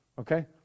Okay